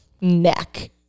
neck